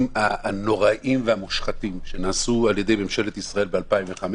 הנוראיים והמושחתים שנעשו על ידי ממשלת ישראל ב-2005,